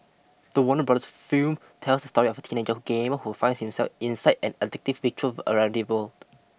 the Warner Brothers film tells the story of a teenage gamer who finds himself inside an addictive virtual around the world